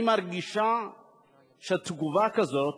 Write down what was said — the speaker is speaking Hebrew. אני מרגישה שתגובה כזאת